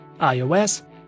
iOS